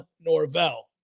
Norvell